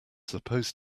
supposed